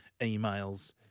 Emails